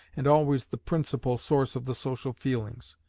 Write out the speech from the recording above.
and always the principal, source of the social feelings,